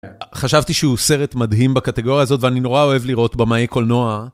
חשבתי שהוא סרט מדהים בקטגוריה הזאת ואני נורא אוהב לראות במאי קולנוע.